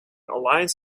alliance